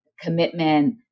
commitment